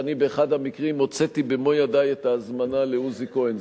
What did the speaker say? שאני באחד המקרים הוצאתי במו-ידי את ההזמנה לעוזי כהן,